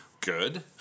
good